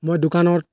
মই দোকানত